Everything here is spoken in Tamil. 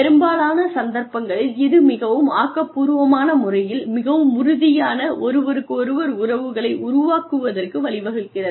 பெரும்பாலான சந்தர்ப்பங்களில் இது மிகவும் ஆக்கபூர்வமான முறையில் மிகவும் உறுதியான ஒருவருக்கொருவர் உறவுகளை உருவாக்குவதற்கு வழிவகுக்கிறது